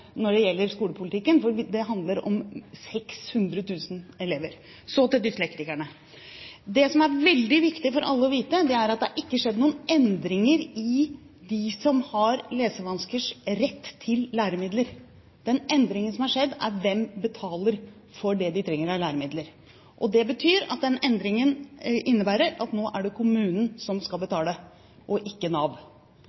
når det gjelder skolepolitikken, for det handler om 600 000 elever. Så til dyslektikerne. Det som er veldig viktig for alle å vite, er at det har ikke skjedd noen endringer i retten til læremidler for dem som har lesevansker. Den endringen som har skjedd, gjelder hvem som betaler for det de trenger av læremidler. Den endringen innebærer at nå er det kommunen som skal